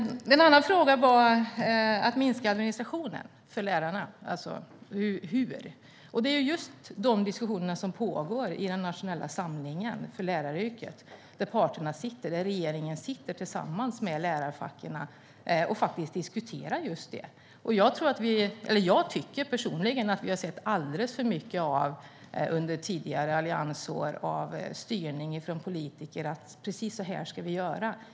En annan fråga gällde hur man ska minska administrationen för lärarna. Just de diskussionerna pågår i den nationella samlingen för läraryrket, där parterna sitter. Regeringen sitter tillsammans med lärarfacken och diskuterar just det. Jag tycker personligen att vi under alliansåren såg alldeles för mycket styrning från politiker av precis hur man skulle göra.